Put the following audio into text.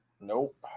Nope